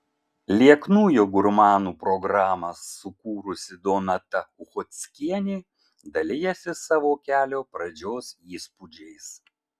lieknųjų gurmanų programą sukūrusi donata uchockienė dalijasi savo kelio pradžios įspūdžiais